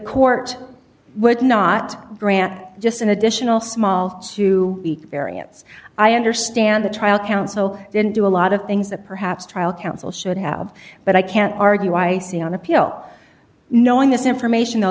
court would not grant just an additional small to the variance i understand the trial counsel didn't do a lot of things that perhaps trial counsel should have but i can't argue i see on appeal knowing this information though